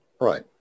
Right